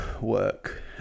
work